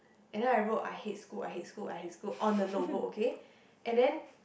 and then I wrote I hate school I hate school I hate school on the notebook okay and then